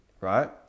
right